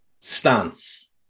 stance